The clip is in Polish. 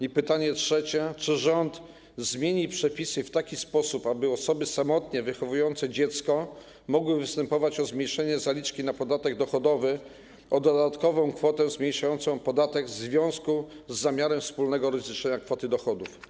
I pytanie trzecie: Czy rząd zmieni przepisy w taki sposób, aby osoby samotnie wychowujące dziecko mogły występować o zmniejszenie zaliczki na podatek dochodowy o dodatkową kwotę zmniejszającą podatek w związku z zamiarem wspólnego rozliczenia kwoty dochodów?